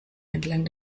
entlang